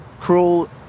cruel